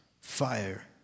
fire